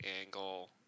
angle